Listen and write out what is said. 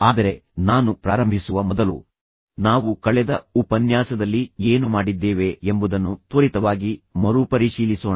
ಆದರೆ ನಾನು ಪ್ರಾರಂಭಿಸುವ ಮೊದಲು ನಾವು ಕಳೆದ ಉಪನ್ಯಾಸದಲ್ಲಿ ಏನು ಮಾಡಿದ್ದೇವೆ ಎಂಬುದನ್ನು ತ್ವರಿತವಾಗಿ ಮರುಪರಿಶೀಲಿಸೋಣ